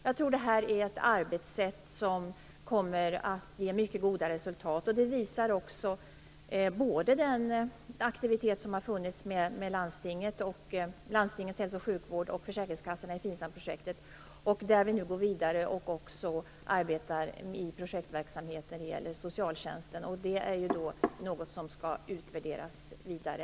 Jag tror att det här är ett arbetssätt som kommer att ge mycket goda resultat. Det visar också bl.a. den aktivitet som har funnits med landstingets hälso och sjukvård och försäkringskassorna i Finsamprojektet, där vi nu går vidare och också arbetar i projektverksamhet i socialtjänsten. Detta skall också utvärderas vidare.